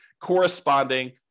corresponding